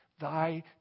Thy